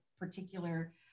particular